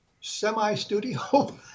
semi-studio